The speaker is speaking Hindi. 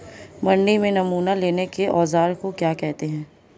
मंडी में नमूना लेने के औज़ार को क्या कहते हैं?